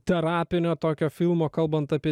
terapinio tokio filmo kalbant apie